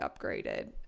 upgraded